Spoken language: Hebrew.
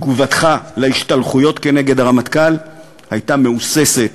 תגובתך על ההשתלחויות נגד הרמטכ"ל הייתה מהוססת,